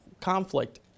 conflict